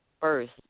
first